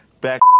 back